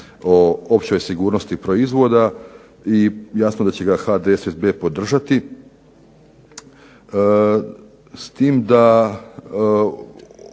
o općoj sigurnosti proizvoda. I jasno da će ga HDSSB podržati.